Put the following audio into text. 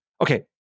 okay